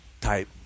type